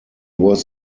was